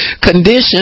condition